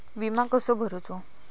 विमा कसो भरूचो?